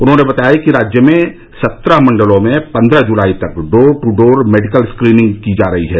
उन्होंने बताया कि राज्य के सत्रह मंडलों में पन्द्रह जुलाई तक door to door medical screening की जा रही है